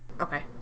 Okay